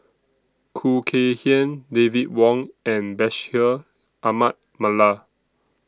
Khoo Kay Hian David Wong and Bashir Ahmad Mallal